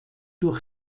durch